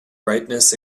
brightness